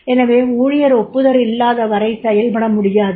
எனவே ஊழியர் ஒப்புதல் இல்லாத வரை செயல்பட முடியாது